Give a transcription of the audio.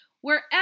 Wherever